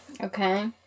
Okay